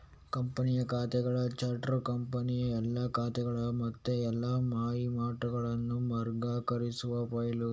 ಕಂಪನಿಯ ಖಾತೆಗಳ ಚಾರ್ಟ್ ಕಂಪನಿಯ ಎಲ್ಲಾ ಖಾತೆಗಳನ್ನ ಮತ್ತೆ ಎಲ್ಲಾ ವಹಿವಾಟುಗಳನ್ನ ವರ್ಗೀಕರಿಸುವ ಫೈಲು